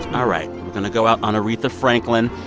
all right. we're going to go out on aretha franklin,